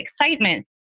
excitement